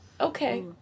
Okay